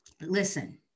listen